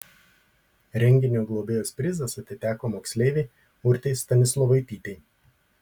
renginio globėjos prizas atiteko moksleivei urtei stanislovaitytei